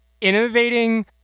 innovating